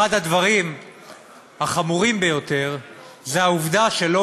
אחד הדברים החמורים ביותר הוא העובדה שלא